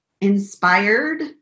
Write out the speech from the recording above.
inspired